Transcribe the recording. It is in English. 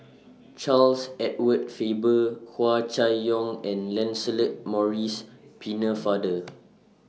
Charles Edward Faber Hua Chai Yong and Lancelot Maurice Pennefather